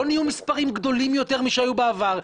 לא נהיו מספרים גדולים יותר משהיו בעבר,